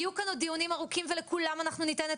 יהיו פה עוד דיונים ארוכים ולכולם ניתן את